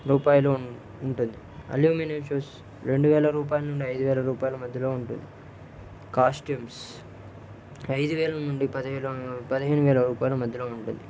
రూపాయలు ఉ ఉంటుంది అల్యూమినియం షూస్ రెండు వేల రూపాయల నుండి ఐదు వేల రూపాయల మధ్యలో ఉంటుంది కాస్ట్యూమ్స్ ఐదు వేల నుండి పదివేల పదిహేను వేల రూపాయలు మధ్యలో ఉంటుంది